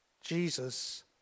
Jesus